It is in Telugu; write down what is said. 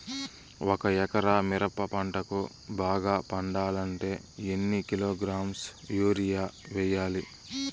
ఒక ఎకరా మిరప పంటకు బాగా పండాలంటే ఎన్ని కిలోగ్రామ్స్ యూరియ వెయ్యాలి?